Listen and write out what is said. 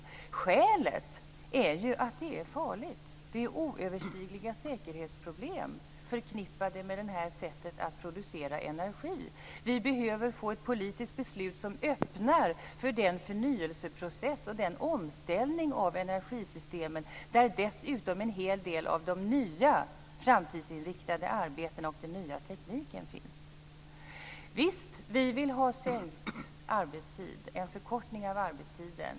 Skälet är att det är farligt. Oöverstigliga säkerhetsproblem är förknippade med det här sättet att producera energi. Vi behöver få ett politiskt beslut som öppnar för den förnyelseprocess och den omställning av energisystemen där dessutom en hel del av de nya framtidsinriktade arbetena och den nya tekniken finns. Visst, vi vill ha sänkt arbetstid, en förkortning av arbetstiden.